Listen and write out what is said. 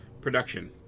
production